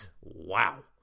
wow